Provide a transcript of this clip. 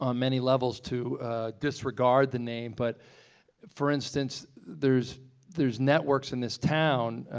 um many levels to disregard the name, but for instance there's there's networks in this town,